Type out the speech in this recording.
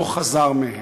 לא חזר מהם,